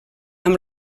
amb